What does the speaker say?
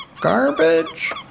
Garbage